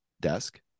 desk